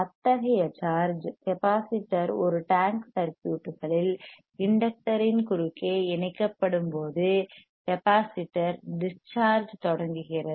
அத்தகைய charge capacitor ஒரு tank சர்க்யூட்களில் இண்டக்டர் இன் குறுக்கே இணைக்கப்படும்போது கெப்பாசிட்டர் டிஸ் சார்ஜ் தொடங்குகிறது